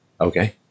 Okay